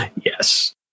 Yes